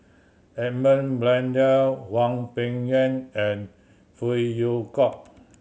Edmund Blundell Hwang Peng Yuan and Phey Yew Kok